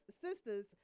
sisters